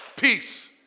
peace